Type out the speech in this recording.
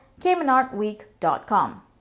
caymanartweek.com